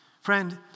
Friend